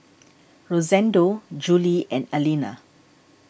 Rosendo Jule and Allena